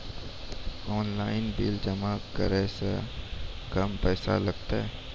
Online bill जमा करै से कम पैसा लागतै?